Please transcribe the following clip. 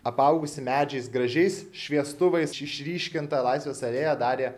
apaugusi medžiais gražiais šviestuvais išryškinta laisvės alėja darė